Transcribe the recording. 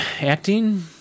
acting